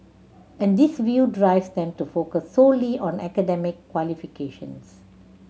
and this view drives them to focus solely on academic qualifications